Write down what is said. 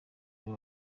abo